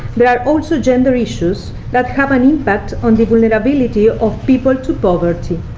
there are also gender issues that have an impact on the vulnerability of people to poverty.